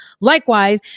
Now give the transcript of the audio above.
Likewise